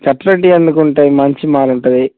అట్లాంటివి ఎందుకుంటాయి మంచి మాల్ ఉంటుంది